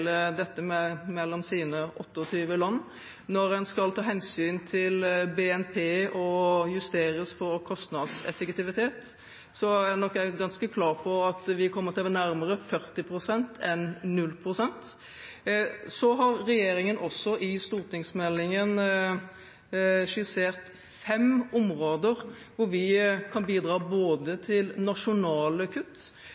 med å fordele dette mellom sine 28 land. Når en skal ta hensyn til BNP og justere for kostnadseffektivitet, er nok jeg ganske klar på at vi kommer til å være nærmere 40 pst. enn 0 pst. Så har regjeringen også i stortingsmeldingen skissert fem områder hvor vi kan bidra til nasjonale kutt,